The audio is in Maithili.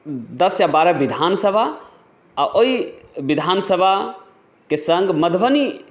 दस या बारह विधान सभा आओर ओहि विधान सभाके सङ्ग मधुबनी